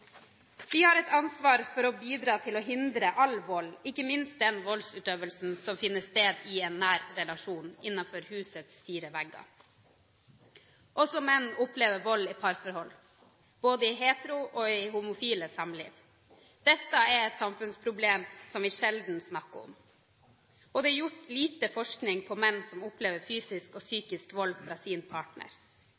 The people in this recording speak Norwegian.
Vi har et ansvar for å bidra til å hindre all vold – ikke minst den voldsutøvelsen som finner sted i en nær relasjon innenfor husets fire vegger. Også menn opplever vold i parforhold, i både hetero- og i homofile samliv. Dette er et samfunnsproblem som vi sjelden snakker om. Det er gjort lite forskning på menn som opplever fysisk og